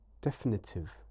definitive